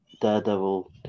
Daredevil